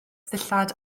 ddillad